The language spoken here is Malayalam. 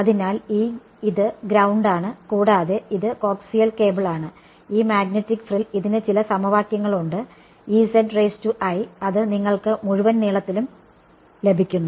അതിനാൽ ഇത് ഗ്രൌണ്ട് ആണ് കൂടാതെ ഇത് കോക്സിയൽ കേബിൾ ആണ് ഈ മാഗ്നെറ്റിക് ഫ്രിൽ ഇതിന് ചില സമവാക്യങ്ങളുണ്ട് അത് നിങ്ങൾക്ക് മുഴുവൻ നീളത്തിലും ലഭിക്കുന്നു